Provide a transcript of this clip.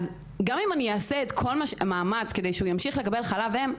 גם אם אני אעשה כל מאמץ כדי שהוא ימשיך לקבל חלב אם,